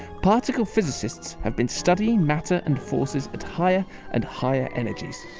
particle physicists have been studying matter and forces at higher and higher energies.